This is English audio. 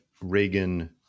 Reagan